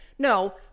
No